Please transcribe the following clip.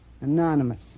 Anonymous